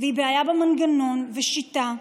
והיא בעיה במנגנון ושיטה.